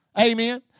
Amen